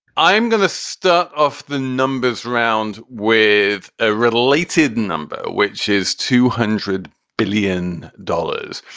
i'm going to start off the numbers round with a related number, which is two hundred billion dollars,